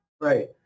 Right